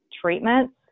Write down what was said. treatments